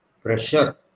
pressure